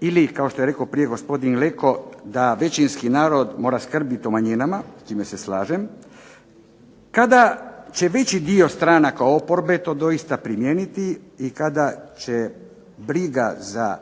ili kao što je prije rekao gospodin Leko, da većinski narod mora skrbiti o manjinama, s čime se slažem, kada će veći dio stranaka oporbe to doista primijeniti i kada će briga za